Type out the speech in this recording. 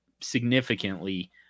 significantly